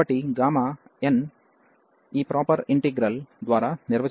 కాబట్టి gamma n ఈ proper integral ద్వారా నిర్వచించబడింది